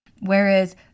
Whereas